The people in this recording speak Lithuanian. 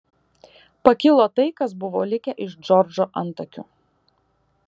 pakilo tai kas buvo likę iš džordžo antakių